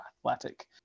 Athletic